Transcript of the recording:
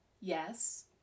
Yes